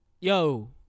Yo